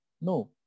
no